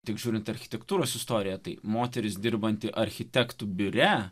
tik žiūrint architektūros istorija tai moteris dirbanti architektų biure